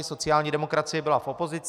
Sociální demokracie byla v opozici.